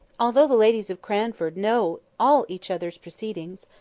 although the ladies of cranford know all each other's proceedings,